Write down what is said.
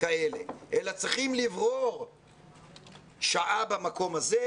אלא צריכים לברור שעה במקום הזה,